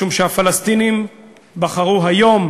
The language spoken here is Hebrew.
משום שהפלסטינים בחרו היום